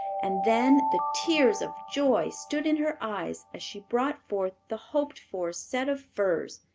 and then the tears of joy stood in her eyes as she brought forth the hoped-for set of furs.